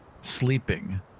sleeping